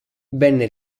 venne